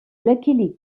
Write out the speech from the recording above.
lucky